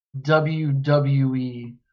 WWE